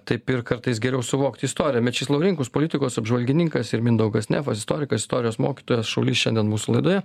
taip ir kartais geriau suvokti istoriją mečys laurinkus politikos apžvalgininkas ir mindaugas nefas istorikas istorijos mokytojas šaulys šiandien mūsų laidoje